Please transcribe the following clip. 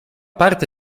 parte